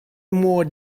more